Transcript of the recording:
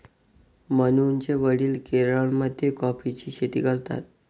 मनूचे वडील केरळमध्ये कॉफीची शेती करतात